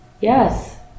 Yes